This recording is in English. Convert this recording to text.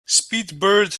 speedbird